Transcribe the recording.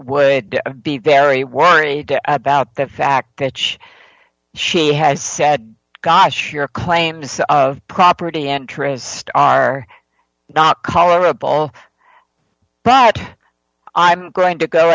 would be very worried about the fact that she has said gosh your claims of property interest are not colorable i'm going to go